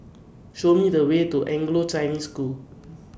Show Me The Way to Anglo Chinese School